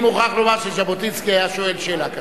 אני מוכרח לומר שז'בוטינסקי היה שואל שאלה כזאת.